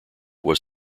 was